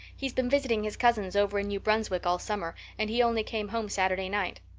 he's been visiting his cousins over in new brunswick all summer and he only came home saturday night.